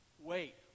Wait